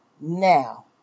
now